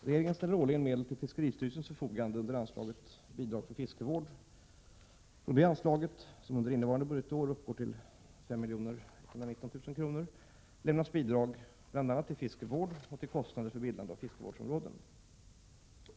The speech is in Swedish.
Regeringen ställer årligen medel till fiskeristyrelsens förfogande under anslaget Bidrag till fiskevård m.m. Från detta anslag, som under innevarande budgetår uppgår till 5 119 000 kr., lämnas bidrag bl.a. till fiskevård och till kostnader för bildande av fiskevårdsområden.